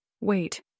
Wait